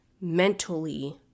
mentally